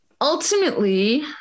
ultimately